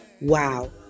Wow